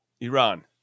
Iran